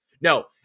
No